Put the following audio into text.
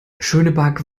schönberg